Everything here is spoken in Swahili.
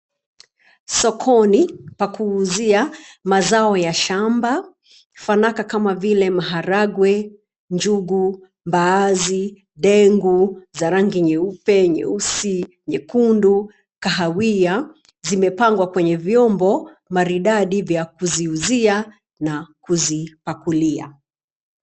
Sokoni pa kuuzia mazao ya shamba, fanaka kama vile maharagwe, njugu, mbaazi, dengu za rangi nyeupe nyeusi, nyekundu, kahawia zimepangwa kwenye vyombo maridadi vya kuziuzia na kuzipakulia.